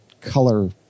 color